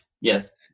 Yes